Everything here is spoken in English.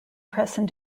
present